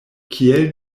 kiel